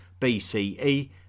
BCE